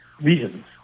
reasons